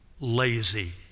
lazy